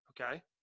Okay